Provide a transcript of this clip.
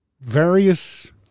various